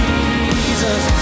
Jesus